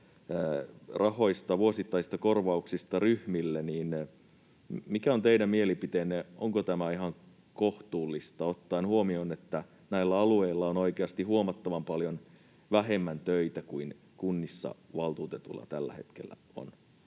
rahoista, vuosittaisista kor-vauksista ryhmille, niin mikä on teidän mielipiteenne? Onko tämä ihan kohtuullista ottaen huomioon, että näillä alueilla on oikeasti huomattavan paljon vähemmän töitä kuin kunnissa valtuutetuilla tällä hetkellä on?